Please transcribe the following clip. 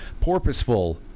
Porpoiseful